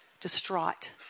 distraught